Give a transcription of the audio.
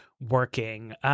working